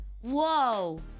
Whoa